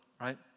right